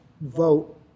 vote